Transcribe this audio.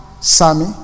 Sammy